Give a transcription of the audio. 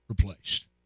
replaced